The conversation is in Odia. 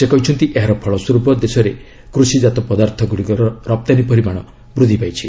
ସେ କହିଛନ୍ତି ଏହାର ଫଳ ସ୍ୱରୂପ ଦେଶରେ କୃଷିଜାତ ପଦାର୍ଥଗୁଡ଼ିକର ରପ୍ତାନୀ ପରିମାଣ ବୃଦ୍ଧି ପାଇଛି